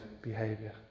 behavior